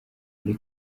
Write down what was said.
muri